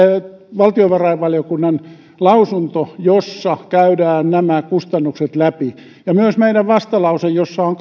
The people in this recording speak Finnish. valtiovarainvaliokunnan lausunto jossa käydään nämä kustannukset läpi ja myös meidän vastalauseemme jossa on